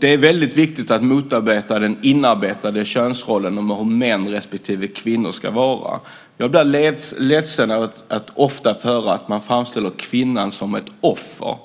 Det är viktigt att motarbeta den inarbetade könsrollen för hur män respektive kvinnor ska vara. Jag blir ledsen över att ofta få höra att man framställer kvinnan som ett offer.